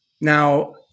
Now